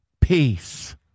Peace